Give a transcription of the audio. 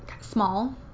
small